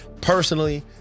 personally